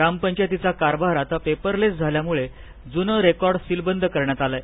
ग्रामपंचायतीचा कारभार आता पेपरलेस झाल्यामुळे जून रेकॉर्ड सिलबंद करण्यात आल आहे